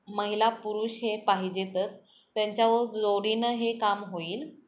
महिला पुरुष हे पाहिजेतच त्यांच्यावर जोडीनं हे काम होईल